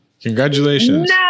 Congratulations